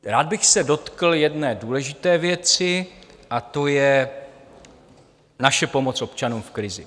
Rád bych se dotkl jedné důležité věci a to je naše pomoc občanům v krizi.